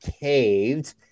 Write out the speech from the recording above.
caved